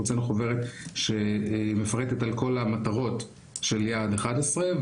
אנחנו הוצאנו חוברת שמפרטת את כל המטרות של יעד 11,